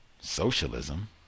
socialism